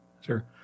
Sure